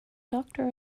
doctor